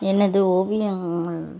எனது ஓவியம்